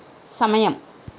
సమయం